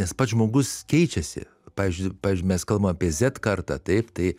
nes pats žmogus keičiasi pavyzdžiui pavyzdžiui mes kalbam apie zed kartą taip tai